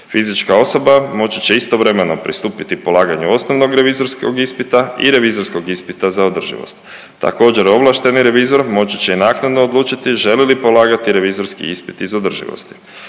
Fizička osoba moći će istovremeno pristupiti polaganju osnovnog revizorskog ispita i revizorskog ispita za održivost. Također, ovlašteni revizor moći će i naknadno odlučiti želi li polagati revizorski ispit iz održivosti.